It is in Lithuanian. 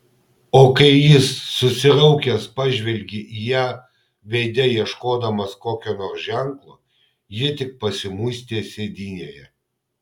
o kai jis susiraukęs pažvelgė į ją veide ieškodamas kokio nors ženklo ji tik pasimuistė sėdynėje